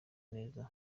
neza